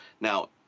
Now